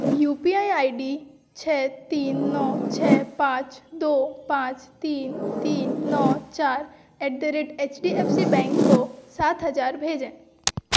you P I I D छः तीन नौ छः पाँच दो पाँच तीन तीन नौ चार at the rate H D F C bank को सात हज़ार भेजें